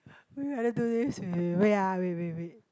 would you rather do this with wait ah wait wait wait